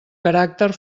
caràcter